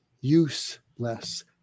useless